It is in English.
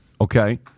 okay